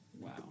Wow